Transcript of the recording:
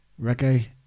Reggae